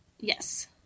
Yes